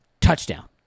touchdown